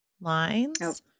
lines